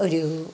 ഒരു